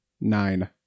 Nine